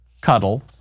cuddle